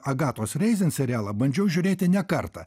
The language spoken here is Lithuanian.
agatos reizin serialą bandžiau žiūrėti ne kartą